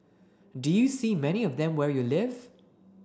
do you see many of them where you live